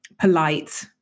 polite